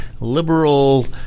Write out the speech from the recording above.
liberal